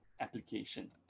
application